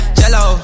jello